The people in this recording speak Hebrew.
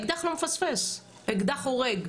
אקדח לא מפספס, אקדח הורג.